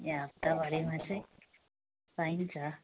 यहाँ हप्ताभरिमा चाहिँ पाइन्छ